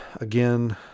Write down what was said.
again